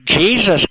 Jesus